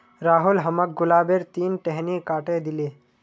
राहुल हमाक गुलाबेर तीन टहनी काटे दिले